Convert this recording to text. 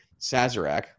Sazerac